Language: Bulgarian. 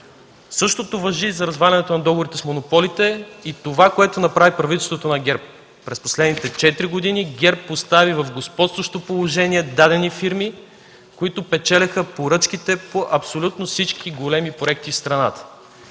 Същото важи и за развалянето на договорите с монополите и това, което направи правителството на ГЕРБ. През последните четири години ГЕРБ постави в господстващо положение дадени фирми, които печелеха поръчките по абсолютно всички големи проекти в страната.